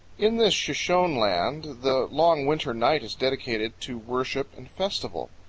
in this shoshone land the long winter night is dedicated to worship and festival.